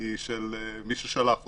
היא של מי ששלח אותו.